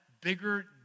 bigger